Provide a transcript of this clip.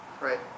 Right